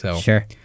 Sure